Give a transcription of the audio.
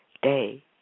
day